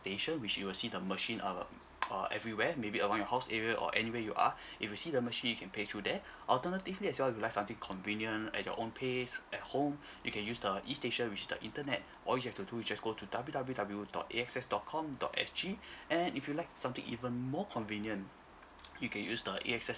station which you will see the machine err uh everywhere maybe around your house area or anywhere you are if you see the machine you can pay through there alternatively as well if you like something convenient at your own pace at home you can use the E station which is the internet all you have to do is just go to W W W dot A_X_S dot com dot S G and if you like something even more convenient you can use the A_X_S